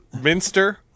Minster